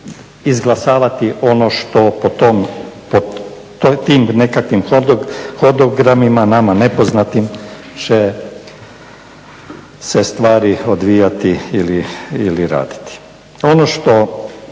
izglasavati ono što po tim nekakvim hodogramima nama nepoznatim će se stvari odvijati ili raditi. Ono što,